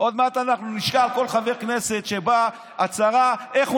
עוד מעט אנחנו נשלח כל חבר הכנסת שבא להצהיר איך הוא